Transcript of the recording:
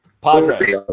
Padre